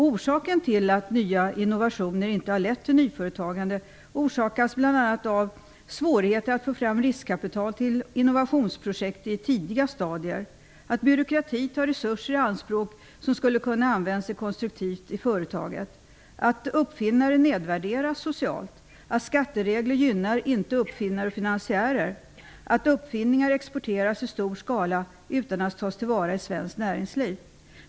Orsaker till att nya innovationer inte har lett till något nyföretagande är bl.a. svårigheter att få fram riskkapital till innovationsprojekt i tidiga stadier och att byråkratin tar i anspråk resurser som skulle kunna användas konstruktivt i företaget, att uppfinnare nedvärderas socialt, att skatteregler inte gynnar uppfinnare och finansiärer och att uppfinningar exporteras i stor skala utan att tas till vara i svenskt näringsliv.